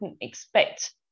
expect